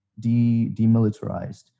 demilitarized